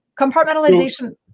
Compartmentalization